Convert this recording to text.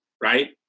right